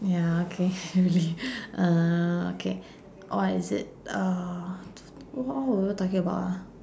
ya okay really uh okay or is it uh w~ what are you talking about ah